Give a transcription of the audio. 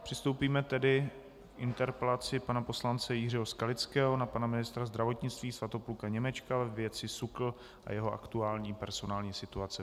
Přistoupíme tedy k interpelaci pana poslance Jiřího Skalického na pana ministra zdravotnictví Svatopluka Němečka ve věci SÚKL a jeho aktuální personální situace.